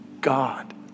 God